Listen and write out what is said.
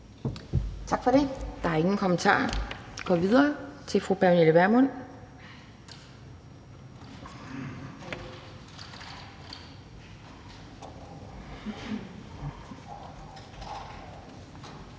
Tak for det. Der er ingen kommentarer. Vi går videre til fru Pernille Vermund.